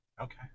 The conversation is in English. okay